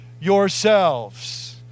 yourselves